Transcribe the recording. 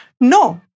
No